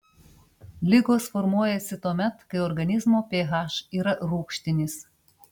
ligos formuojasi tuomet kai organizmo ph yra rūgštinis